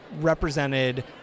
represented